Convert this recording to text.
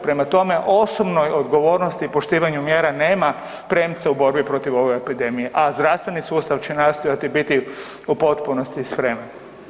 Prema tome, o osobnoj odgovornosti i poštivanju mjera nema premca u borbi protiv ove epidemije, a zdravstveni sustav će nastojati biti u potpunosti spreman.